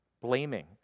blaming